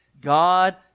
God